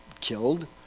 killed